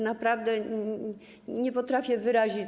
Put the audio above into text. Naprawdę, nie potrafię tego wyrazić.